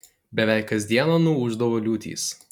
beveik kas dieną nuūždavo liūtys